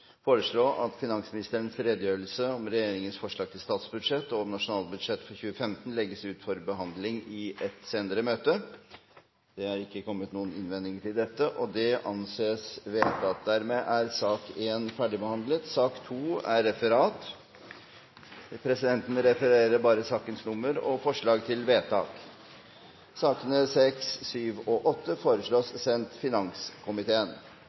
foreslå at finansministerens redegjørelse om regjeringens forslag til statsbudsjett og nasjonalbudsjett for 2015 legges ut for behandling i et senere møte. – Det anses vedtatt. Dermed er dagens kart ferdigbehandlet.